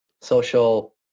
social